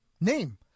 name